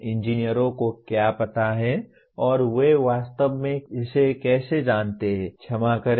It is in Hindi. इंजीनियरों को क्या पता है और वे वास्तव में इसे कैसे जानते हैं क्षमा करें